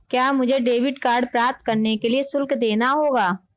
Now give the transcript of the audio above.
क्या मुझे debit card प्राप्त करने के लिए शुल्क देना होगा?